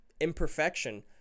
imperfection